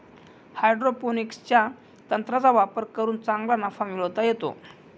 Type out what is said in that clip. हायड्रोपोनिक्सच्या तंत्राचा वापर करून चांगला नफा मिळवता येतो